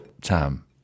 Tam